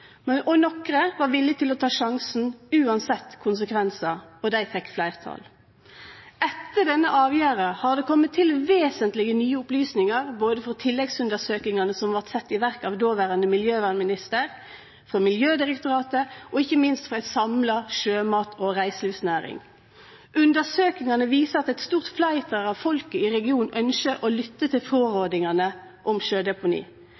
og nokre var villige til å ta sjansen uansett konsekvensar. Dei fekk fleirtal. Etter denne avgjerda har det kome til vesentlege nye opplysningar både frå tilleggsundersøkingane som vart sette i verk av dåverande miljøvernminister, frå Miljødirektoratet og ikkje minst frå ei samla sjømat- og reiselivsnæring. Undersøkingane viser at eit stort fleirtal av folket i regionen ønskjer å lytte til frårådingane om sjødeponi.